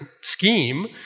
scheme